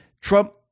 Trump